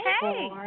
Hey